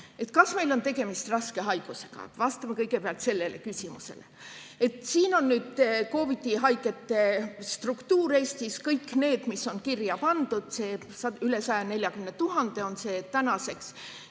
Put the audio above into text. Kas meil on tegemist raske haigusega? Vastame kõigepealt sellele küsimusele. Siin slaidil on COVID-i-haigete struktuur Eestis. Kõik need, mis on kirja pandud – neid on üle 140 000 tänaseks.